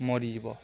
ମରିଯିବ